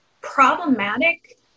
problematic